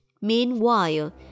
Meanwhile